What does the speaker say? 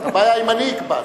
הבעיה היא אם אני אקבע.